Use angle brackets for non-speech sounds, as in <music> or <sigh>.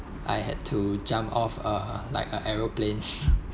I had to jump off uh like a aeroplane <laughs>